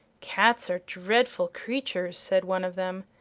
cats are dreadful creatures! said one of them.